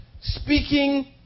speaking